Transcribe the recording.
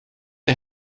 der